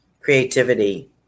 Creativity